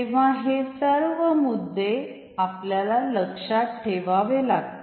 तेन्व्हा हे सर्व मुद्दे आपल्याला लक्षात ठेवावे लागतील